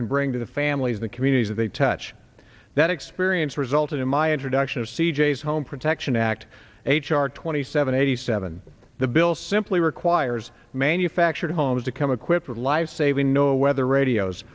can bring to the families the communities they touch that experience resulted in my introduction of c j s home protection act h r twenty seven eighty seven the bill simply requires manufactured homes a chemical with life saving no weather radios